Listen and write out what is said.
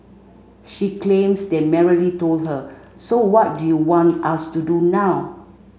she claims they merely told her So what do you want us to do now